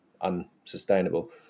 unsustainable